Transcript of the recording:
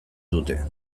dute